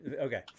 Okay